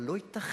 אבל לא ייתכן